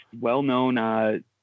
well-known